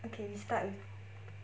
okay we start with